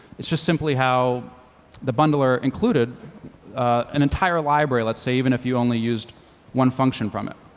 it's just simply how the bundler included an entire library, let's say, even if you only used one function from it.